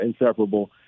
inseparable